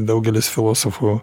daugelis filosofų